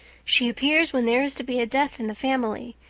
she appears when there is to be a death in the family.